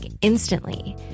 instantly